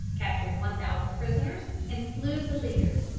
captured one thousand prisoners, and slew the leader.